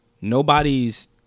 nobody's